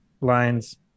lines